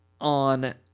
on